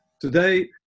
today